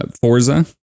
Forza